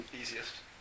easiest